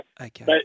Okay